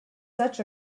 such